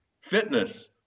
fitness